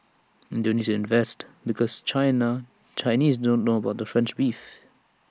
and they'll need to invest because China Chinese don't know about French beef